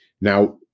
Now